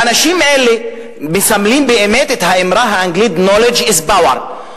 האנשים האלה מסמלים באמת את האמרה האנגלית: knowledge is power.